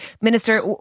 Minister